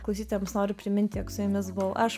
klausytojams noriu priminti jog su jumis buvau aš